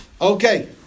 Okay